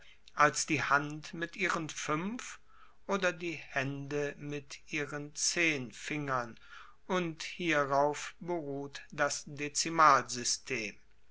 als die hand mit ihren fuenf oder die haende mit ihren zehn fingern und hierauf beruht das